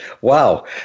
Wow